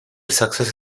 success